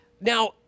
Now